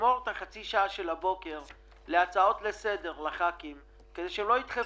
מי שלא קיבל,